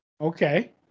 okay